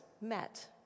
met